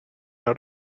out